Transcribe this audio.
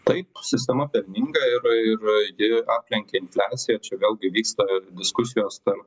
taip sistema pelninga ir ir ji aplenkė infliaciją čia vėlgi vyksta diskusijos tarp